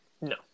No